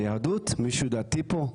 ביהדות, מישהו דתי פה?